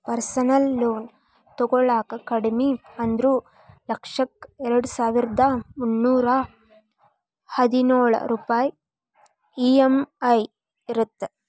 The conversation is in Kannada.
ಪರ್ಸನಲ್ ಲೋನ್ ತೊಗೊಳಾಕ ಕಡಿಮಿ ಅಂದ್ರು ಲಕ್ಷಕ್ಕ ಎರಡಸಾವಿರ್ದಾ ಮುನ್ನೂರಾ ಹದಿನೊಳ ರೂಪಾಯ್ ಇ.ಎಂ.ಐ ಇರತ್ತ